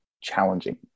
challenging